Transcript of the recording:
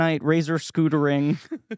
razor-scootering